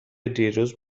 دیروز